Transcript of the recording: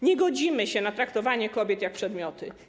Nie godzimy się na traktowanie kobiet jak przedmioty.